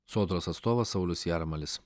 sodros atstovas saulius jarmalis